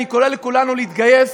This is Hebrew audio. אני קורא לכולנו להתגייס,